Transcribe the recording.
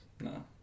No